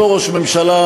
אותו ראש ממשלה,